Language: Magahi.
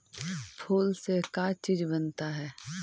फूल से का चीज बनता है?